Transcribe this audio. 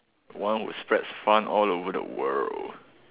one who spreads fun all over the world